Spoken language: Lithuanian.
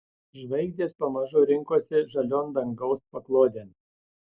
žvaigždės pamažu rinkosi žalion dangaus paklodėn